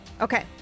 Okay